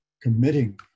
committing